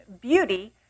beauty